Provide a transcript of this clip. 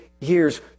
years